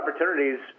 opportunities